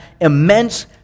immense